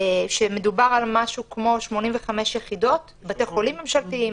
ומדובר על משהו כמו 85 יחידות: בתי חולים ממשלתיים,